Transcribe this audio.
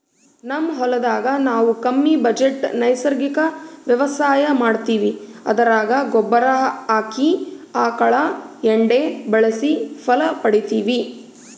ನಮ್ ಹೊಲದಾಗ ನಾವು ಕಮ್ಮಿ ಬಜೆಟ್ ನೈಸರ್ಗಿಕ ವ್ಯವಸಾಯ ಮಾಡ್ತೀವಿ ಅದರಾಗ ಗೊಬ್ಬರ ಆಗಿ ಆಕಳ ಎಂಡೆ ಬಳಸಿ ಫಲ ಪಡಿತಿವಿ